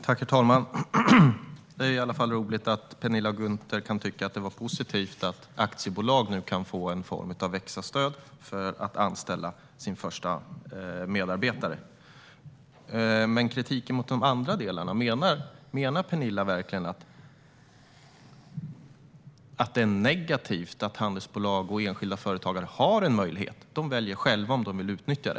Herr talman! Det är i alla fall roligt att Penilla Gunther tycker att det är positivt att aktiebolag kan få en form av växa-stöd för att anställa sin första medarbetare. Men när det gäller kritiken mot de andra delarna, menar Penilla Gunther verkligen att det är negativt att handelsbolag och enskilda företagare har en möjlighet som de själva väljer om de vill utnyttja?